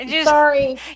Sorry